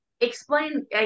explain